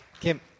Kim